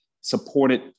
supported